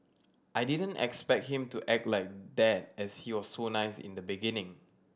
I didn't expect him to act like that as he was so nice in the beginning